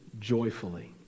joyfully